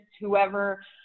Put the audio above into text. whoever